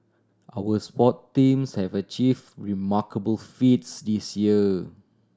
our sport teams have achieve remarkable feats this year